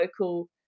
local